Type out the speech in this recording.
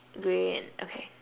grey and okay